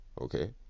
okay